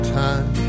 time